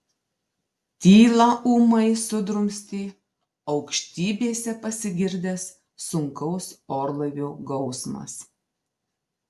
tylą ūmai sudrumstė aukštybėse pasigirdęs sunkaus orlaivio gausmas